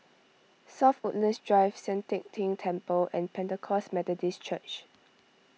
South Woodlands Drive Sian Teck Tng Temple and Pentecost Methodist Church